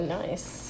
nice